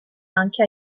anche